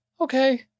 Okay